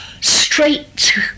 straight